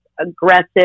aggressive